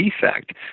defect